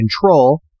control